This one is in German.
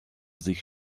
sich